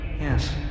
yes